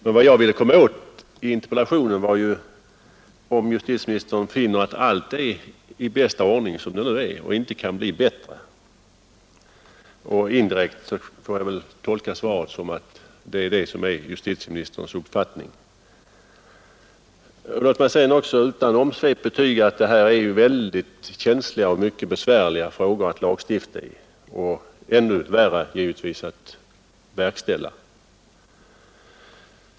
Men vad jag ville komma åt med interpellationen var ju om justitieministern finner att allt är i bästa ordning som det nu är och inte kan bli bättre, och indirekt får jag väl tolka svaret så, att det är justitieministerns uppfattning. Låt mig sedan också utan omsvep betyga att det här är väldigt besvärliga frågor att lagstifta i, och ännu värre är det givetvis att verkställa besluten.